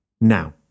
now